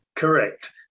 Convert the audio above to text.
Correct